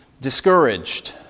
discouraged